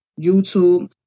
YouTube